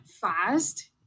fast